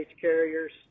carriers